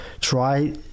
try